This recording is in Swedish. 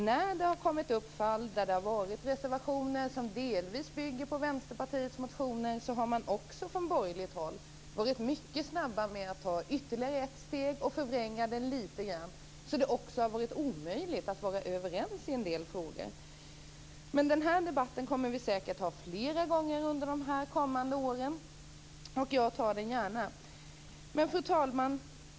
När det har kommit upp fall där det har varit reservationer som delvis byggt på Vänsterpartiets motioner har man från borgerligt håll varit mycket snabb med att ta ytterligare ett steg och förvränga dem lite grann så att det har varit omöjligt att bli överens i en del frågor. Den här debatten kommer vi säkert att ha flera gånger under de kommande åren, och jag tar den gärna. Fru talman!